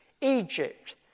Egypt